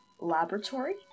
laboratory